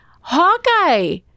hawkeye